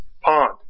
pond